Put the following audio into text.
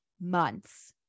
months